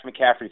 McCaffrey